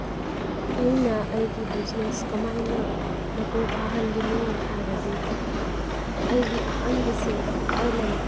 ꯑꯩꯅ ꯑꯩꯒꯤ ꯕꯤꯖꯤꯅꯦꯁ ꯀꯃꯥꯏꯅ ꯃꯄꯨꯡ ꯐꯥꯍꯟꯒꯅꯤ ꯍꯥꯏꯔꯗꯤ ꯑꯩꯒꯤ ꯑꯍꯥꯟꯕꯁꯦ ꯑꯩꯅ